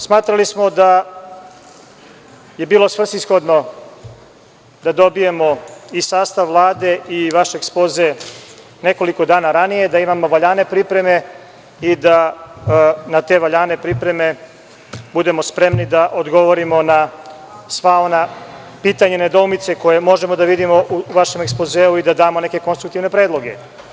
Smatrali smo da je bilo svrsishodno da dobijemo i sastav Vlade i vaš Ekspoze nekoliko dana ranije, da imamo valjane pripreme i da na te valjane pripreme budemo spremni da odgovorimo na sva ona pitanja i nedoumice koje možemo da vidimo u vašem Ekspozeu i da damo neke konstruktivne predloge.